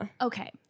Okay